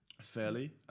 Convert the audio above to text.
fairly